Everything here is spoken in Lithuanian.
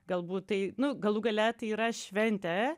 galbūt tai nu galų gale tai yra šventė